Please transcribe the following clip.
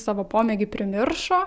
savo pomėgį primiršo